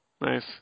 Nice